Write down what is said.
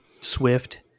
swift